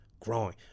Growing